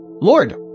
Lord